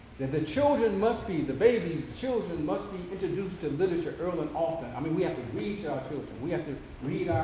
that the children must be the babies, children must be introduced to literature early and often. i mean, we have to read to our children. we have to read